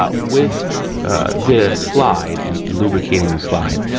ah with this slide and lubricating this slide,